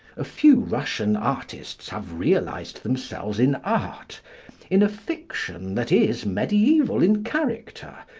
a few russian artists have realised themselves in art in a fiction that is mediaeval in character,